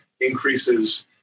increases